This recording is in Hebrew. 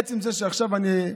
עצם זה שעכשיו אני,